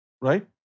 Right